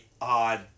odd